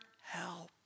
help